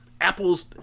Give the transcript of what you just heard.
apples